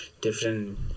different